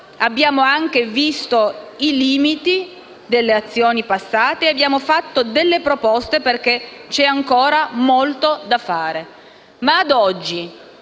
abbiamo anche visto i limiti delle azioni passate e abbiamo avanzato delle proposte perché c'è ancora molto da fare.